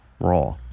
raw